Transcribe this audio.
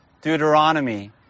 Deuteronomy